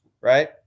right